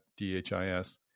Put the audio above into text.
DHIS